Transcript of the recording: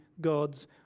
God's